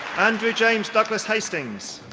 andrew james douglas hastings.